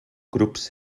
grup